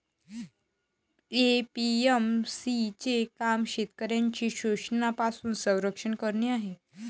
APMC चे काम शेतकऱ्यांचे शोषणापासून संरक्षण करणे आहे